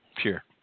Sure